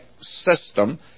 system